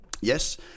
Yes